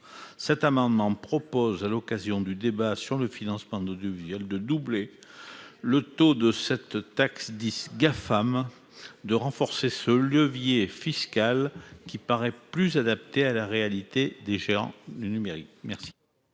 cet amendement vise, à l'occasion du débat sur le financement de l'audiovisuel public, à doubler le taux de cette taxe, dite Gafam, afin de renforcer ce levier fiscal, qui paraît plus adapté à la réalité des géants du numérique. Quel